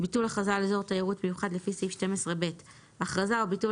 ביטול הכרזה על אזור תיירות מיוחד לפי סעיף 12ב הכרזה או ביטול